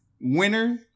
winner